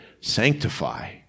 sanctify